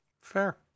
Fair